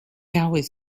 always